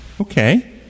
Okay